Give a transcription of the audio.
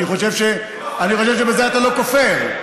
אני חושב שבזה אתה לא כופר.